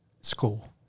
school